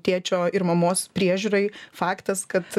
tėčio ir mamos priežiūrai faktas kad